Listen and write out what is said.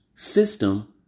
System